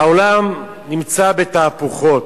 העולם נמצא בתהפוכות,